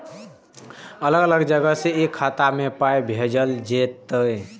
अलग अलग जगह से एक खाता मे पाय भैजल जेततै?